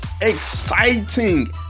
exciting